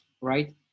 right